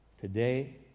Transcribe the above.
Today